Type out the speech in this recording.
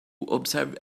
observe